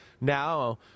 Now